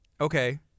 Okay